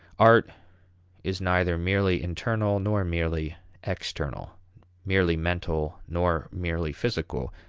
art is neither merely internal nor merely external merely mental nor merely physical.